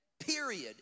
Period